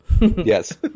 Yes